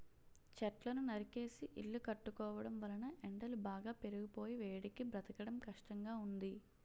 చెట్లను నరికేసి ఇల్లు కట్టుకోవడం వలన ఎండలు బాగా పెరిగిపోయి వేడికి బ్రతకడం కష్టంగా ఉంది